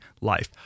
life